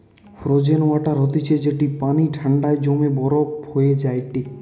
frozen water হতিছে যেটি পানি ঠান্ডায় জমে বরফ হয়ে যায়টে